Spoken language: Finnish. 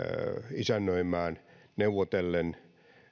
isännöimään neuvotellen